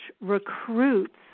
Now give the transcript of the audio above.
recruits